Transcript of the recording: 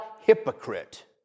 hypocrite